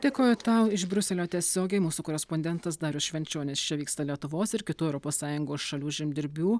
dėkoju tau iš briuselio tiesiogiai mūsų korespondentas darius švenčionis čia vyksta lietuvos ir kitų europos sąjungos šalių žemdirbių